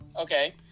okay